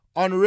on